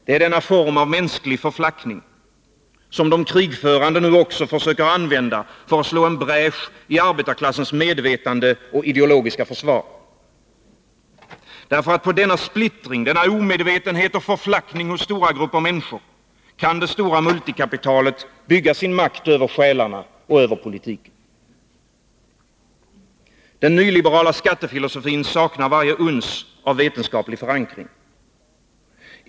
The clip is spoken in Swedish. Det är denna form av mänsklig förflackning som de krigförande nu också försöker använda för att slå en bräsch i arbetarklassens medvetande och ideologiska försvar. Därför att på denna splittring, omedvetenhet och förflackning hos stora grupper människor kan det stora multikapitalet bygga sin makt över själarna och över politiken. Den nyliberala skattefilosofin saknar varje uns av vetenskaplig förankring.